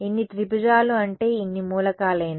ఇన్ని త్రిభుజాలు అంటే ఇన్ని మూలకాలేనా